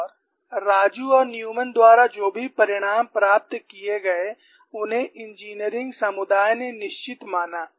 और राजू और न्यूमैन द्वारा जो भी परिणाम प्राप्त किए गए उन्हें इंजीनियरिंग समुदाय ने निश्चित माना